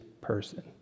person